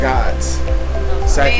God's